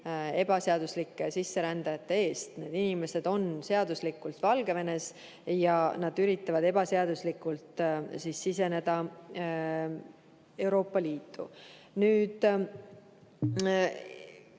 ebaseaduslike sisserändajate eest. Need inimesed on seaduslikult Valgevenes ja nad üritavad ebaseaduslikult siseneda Euroopa Liitu. Kõigepealt,